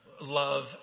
love